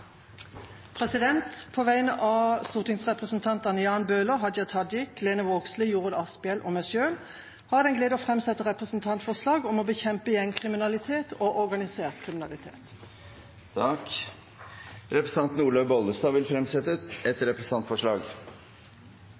På vegne av stortingsrepresentantene Jan Bøhler, Hadia Tajik, Lene Vågslid, Jorodd Asphjell og meg selv har jeg den glede å framsette representantforslag om å bekjempe gjengkriminalitet og organisert kriminalitet. Representanten Olaug V. Bollestad vil fremsette et representantforslag.